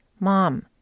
Mom